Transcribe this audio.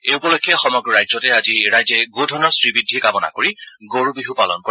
এই উপলক্ষে সমগ্ৰ ৰাজ্যতে আজি ৰাইজে গোধনৰ শ্ৰীবৃদ্ধি কামনা কৰি গৰু বিহু পালন কৰে